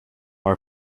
are